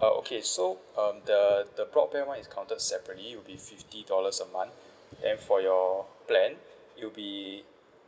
uh okay so um the the broadband [one] is counted separately it will be fifty dollars a month and for your plan you'll be